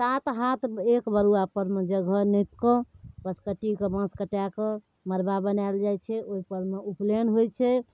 साथ हाथ एक बरुआपर मे जगह नापिकऽ बँसकट्टीके बाँस कटाकऽ मरबा बनाओल जाइ छै ओइपर मे उपनयन होइ छै